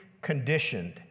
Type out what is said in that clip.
conditioned